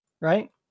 Right